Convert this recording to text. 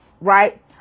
right